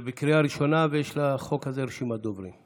זה בקריאה ראשונה, ויש לחוק הזה רשימת דוברים.